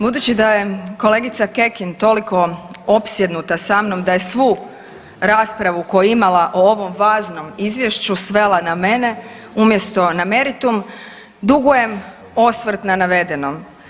Budući da je kolegica Kekin toliko opsjednuta sa mnom da je svu raspravu koju je imala o ovom važnom Izvješću svela na mene, umjesto na meritum, dugujem osvrt na navedeno.